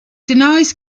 denies